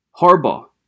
Harbaugh